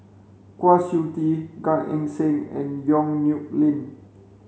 Kwa Siew Tee Gan Eng Seng and Yong Nyuk Lin